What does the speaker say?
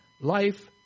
life